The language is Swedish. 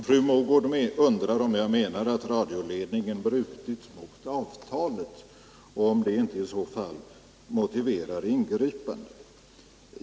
Fru Mogård undrar om jag menar att radioledningen brutit mot avtalet och om det inte i så fall motiverar ingripande.